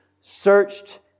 searched